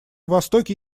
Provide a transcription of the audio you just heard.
востоке